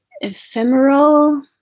ephemeral